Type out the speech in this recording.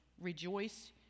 Rejoice